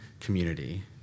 community